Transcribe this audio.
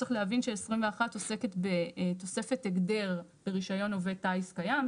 צריך להבין ש-21 עוסקת בתוספת הגדר ברישיון עובד טיס קיים.